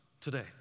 today